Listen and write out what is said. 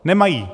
Nemají.